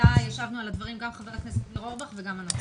איתה ישבנו על הדברים גם חבר הכנסת אורבך וגם אני.